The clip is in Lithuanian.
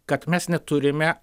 kad mes neturime